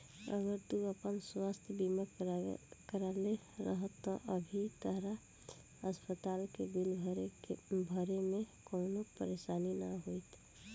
अगर तू आपन स्वास्थ बीमा करवले रहत त अभी तहरा अस्पताल के बिल भरे में कवनो परेशानी ना होईत